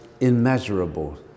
immeasurable